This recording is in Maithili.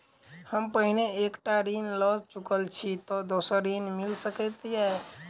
हम पहिने एक टा ऋण लअ चुकल छी तऽ दोसर ऋण मिल सकैत अई?